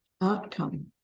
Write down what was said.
outcome